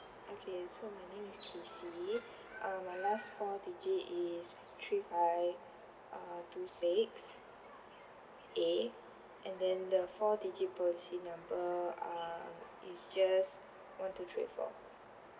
okay so my name is casey uh my last four digit is three five uh two six A and then the four digit policy number uh is just one two three four